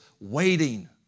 waiting